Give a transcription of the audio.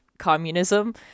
communism